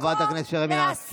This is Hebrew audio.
תודה רבה לחברת הכנסת שרן השכל.